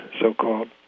so-called